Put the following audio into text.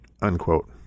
unquote